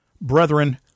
Brethren